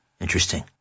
Interesting